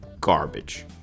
garbage